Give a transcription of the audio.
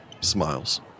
smiles